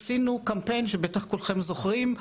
עשינו קמפיין שבטח כולכם זוכרים,